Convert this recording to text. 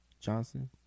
Johnson